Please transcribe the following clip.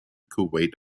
kuwait